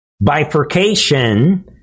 bifurcation